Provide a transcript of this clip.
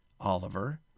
Oliver